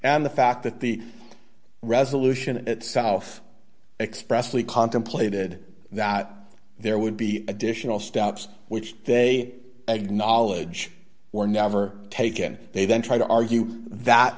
and the fact that the resolution itself expressly contemplated that there would be additional steps which they eg knowledge were never taken they then try to argue that